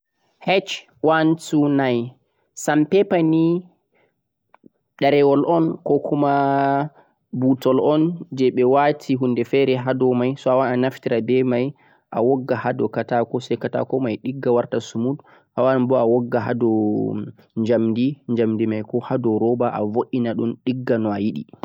sandpaper ni derewal on ko kuma butol on je beh wati hunde fere hado mai so a wawan a naftira beh mai a wogga hado katako sai katako mai digga warta smooth a wawan boh a wogga hado jamdhi jamdi mai ko hado rubber a vo'ina dhum digga no'a yidi